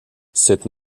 cette